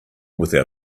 without